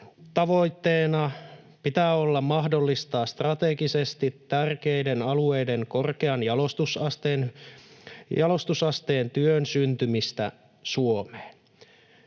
Tavoitteena pitää olla mahdollistaa strategisesti tärkeiden alueiden korkean jalostusasteen työn syntymistä Suomeen,